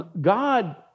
God